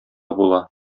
була